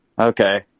Okay